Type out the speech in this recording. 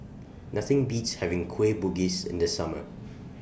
Nothing Beats having Kueh Bugis in The Summer